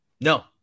No